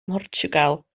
mhortiwgal